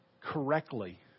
correctly